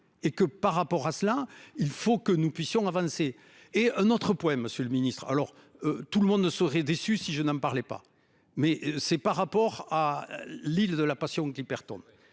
et que par rapport à cela il faut que nous puissions avancer et un autre point, Monsieur le Ministre. Alors tout le monde ne serait déçu si je n'en pas mais c'est par rapport à l'île de la passion, Clipperton et